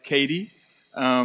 Katie